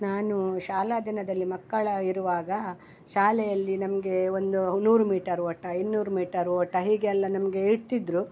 ನಾನು ಶಾಲಾ ದಿನದಲ್ಲಿ ಮಕ್ಕಳು ಇರುವಾಗ ಶಾಲೆಯಲ್ಲಿ ನಮಗೆ ಒಂದು ನೂರು ಮೀಟರ್ ಓಟ ಇನ್ನೂರು ಮೀಟರ್ ಓಟ ಹೀಗೆ ಎಲ್ಲ ನಮಗೆ ಇಡ್ತಿದ್ದರು